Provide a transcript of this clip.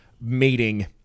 meeting